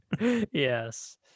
Yes